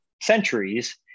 centuries